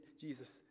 Jesus